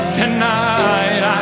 tonight